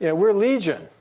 yeah we're legion,